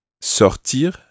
Sortir